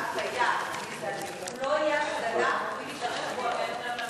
ההצעה לכלול את הנושא בסדר-היום של הכנסת נתקבלה.